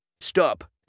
Stop